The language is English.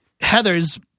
Heather's